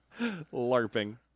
LARPing